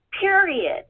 period